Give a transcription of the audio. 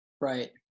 Right